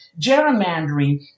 gerrymandering